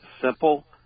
simple